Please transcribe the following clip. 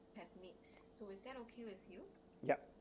yup